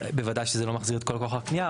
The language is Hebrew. בוודאי שזה לא מחזיר את כל כוח הקנייה,